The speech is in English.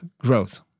growth